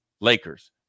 Lakers